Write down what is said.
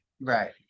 right